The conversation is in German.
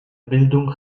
bildung